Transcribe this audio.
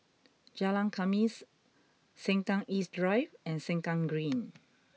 Jalan Khamis Sengkang East Drive and Sengkang Green